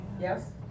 Yes